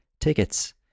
tickets